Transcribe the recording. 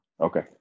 Okay